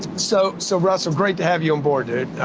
so so, russell, great to have you onboard, dude.